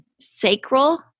sacral